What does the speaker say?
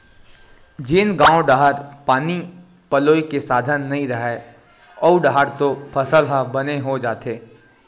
जेन गाँव डाहर पानी पलोए के साधन नइय रहय ओऊ डाहर तो फसल ह बने हो जाथे